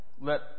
let